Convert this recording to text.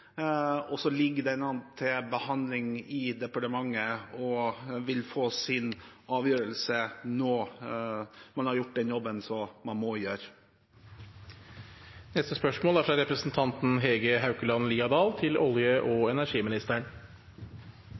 og så ligger dette nå til behandling i departementet og vil få sin avgjørelse når man har gjort den jobben som man må gjøre. Før jeg starter på mitt spørsmål,